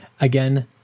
again